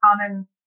common